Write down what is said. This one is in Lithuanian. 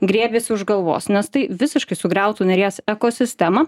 griebiasi už galvos nes tai visiškai sugriautų neries ekosistemą